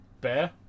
Bear